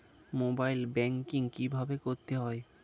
Mobile banking কীভাবে করতে হয়?